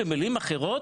סייגים, במילים אחרות,